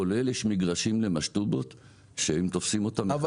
כולל מגרשים למשטובות שאם תופסים אותם --- אבל